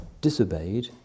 disobeyed